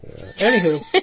Anywho